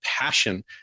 passion